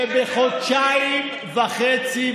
שבחודשיים וחצי,